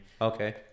Okay